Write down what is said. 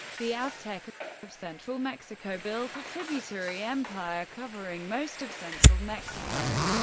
the aztec of central mexico built a tributary empire covering most of central mexico.